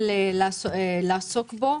נושא שצריך להתחיל לעסוק בו.